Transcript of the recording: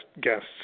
guests